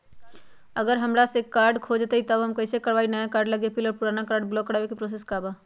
हमरा से अगर ए.टी.एम कार्ड खो जतई तब हम कईसे करवाई नया कार्ड लागी अपील और पुराना कार्ड ब्लॉक करावे के प्रोसेस का बा?